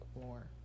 more